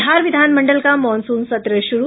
बिहार विधानमंडल का मॉनसून सत्र शुरू